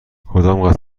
کدام